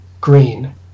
green